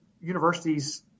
universities